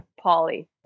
Polly